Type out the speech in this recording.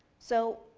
so,